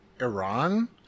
Iran